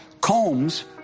combs